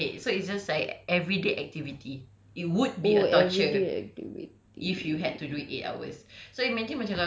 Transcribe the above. it doesn't have to be something you hate so it's just like everyday activity it would be torture if you had to do it eight hours